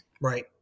Right